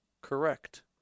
correct